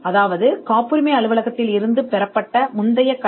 இது காப்புரிமை அலுவலகத்திலிருந்து முந்தைய கலை